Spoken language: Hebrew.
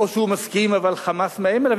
או שהוא מסכים אבל "חמאס" מאיים עליו?